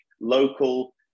local